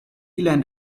lent